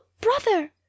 brother